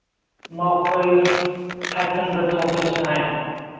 ꯃꯈꯣꯏ five hundred ꯊꯥꯎꯁꯦꯁꯅꯤ ꯍꯥꯏ